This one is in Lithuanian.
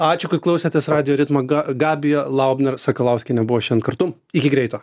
ačiū kad klausėtės radijo ritmo ga gabija laubner sakalauskienė buvo šiandien kartu iki greito